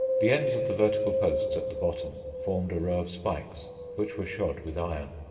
the ends of the vertical posts at the bottom formed a row of spikes which were shod with iron.